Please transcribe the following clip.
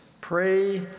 pray